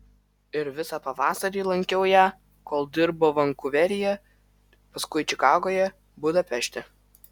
ir visą pavasarį lankiau ją kol dirbo vankuveryje paskui čikagoje budapešte